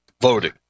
voting